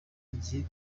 igihe